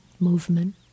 movement